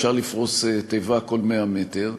אפשר לפרוס תיבות כל 100 מטר,